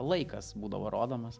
laikas būdavo rodomas